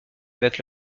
avec